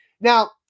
Now